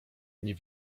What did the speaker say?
nie